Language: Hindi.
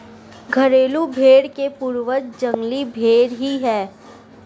घरेलू भेंड़ के पूर्वज जंगली भेंड़ ही है